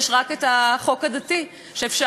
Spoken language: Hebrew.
שאפשר לפיו ובאמצעותו להתחתן,